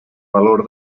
valor